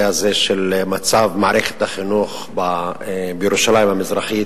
הזה של מצב מערכת החינוך בירושלים המזרחית.